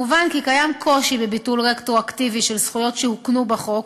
מובן כי קיים קושי בביטול רטרואקטיבי של זכויות שהוקנו בחוק